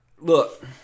look